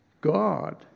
God